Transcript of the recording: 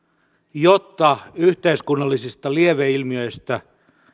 jotta yhteiskunnallisista lieveilmiöistä